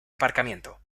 aparcamiento